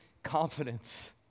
confidence